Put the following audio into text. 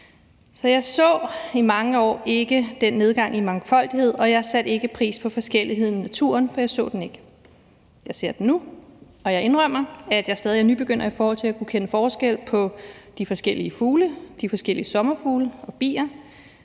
har det. Så i mange år så jeg ikke den nedgang i mangfoldighed, og jeg satte ikke pris på forskelligheden i naturen, for jeg så den ikke. Jeg ser den nu, og jeg indrømmer, at jeg stadig er nybegynder i forhold til at kunne kende forskel på de forskellige fugle og de forskellige sommerfugle og bier,